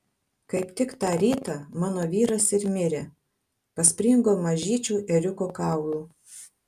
kaip tik tą rytą mano vyras ir mirė paspringo mažyčiu ėriuko kaulu